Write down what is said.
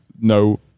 no